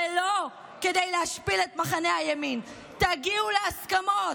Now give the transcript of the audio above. ולא כדי להשפיל את מחנה הימין, תגיעו להסכמות,